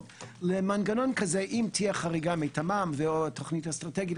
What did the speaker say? למנגנון כזה אם תהיה חריגה מתמ"מ או תוכנית אסטרטגית,